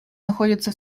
находятся